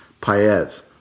Paez